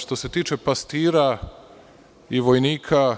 Što se tiče pastira i vojnika,